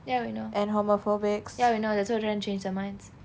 ya we know ya we know that's why we're trying to change their minds